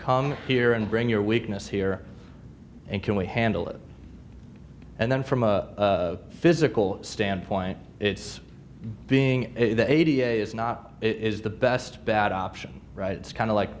come here and bring your weakness here and can we handle it and then from a physical standpoint it's being the a d a s not it is the best bad option right it's kind of like